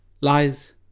lies